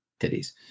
titties